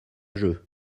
jeu